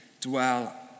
dwell